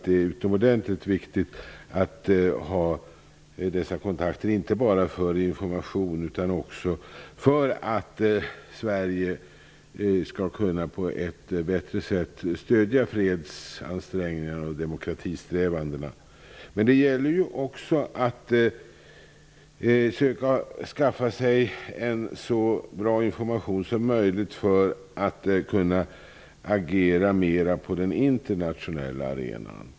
Det är utomordentligt viktigt att ha dessa kontakter, inte bara för att få information utan också för att Sverige på ett bättre sätt skall kunna stödja fredsansträngningarna och demokratisträvandena. Det gäller också att söka skaffa sig så bra information som möjligt, för att kunna agera mera på den internationella arenan.